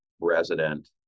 resident